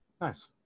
Nice